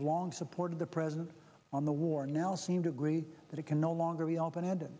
long supported the president on the war now seem to agree that it can no longer be open ended